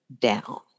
down